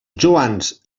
joans